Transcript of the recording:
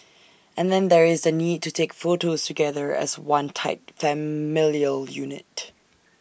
and then there is the need to take photos together as one tight familial unit